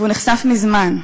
והוא נחשף מזמן.